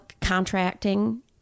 contracting